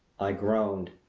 i groaned.